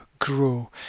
grow